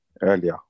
earlier